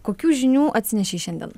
kokių žinių atsinešei šiandien